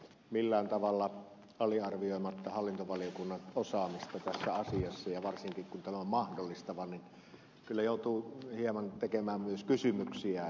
millään tavalla aliarvioimatta hallintovaliokunnan osaamista tässä asiassa ja varsinkin kun tämä on mahdollistava joutuu kyllä hieman tekemään myös kysymyksiä